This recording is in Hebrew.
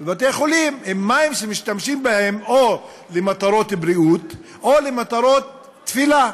ובתי-חולים הם מים שמשתמשים בהם או למטרות בריאות או למטרות תפילה.